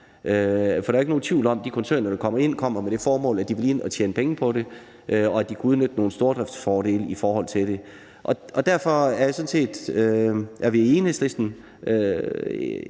der er ikke nogen tvivl om, at de koncerner, der kommer ind, kommer med det formål, at de vil ind og tjene penge på det, og de vil kunne udnytte nogle stordriftsfordele i forhold til det. Derfor er vi i Enhedslisten